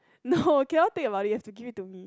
no cannot take about you have to give it to me